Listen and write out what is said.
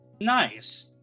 Nice